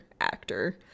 actor